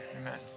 amen